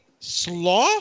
Slaw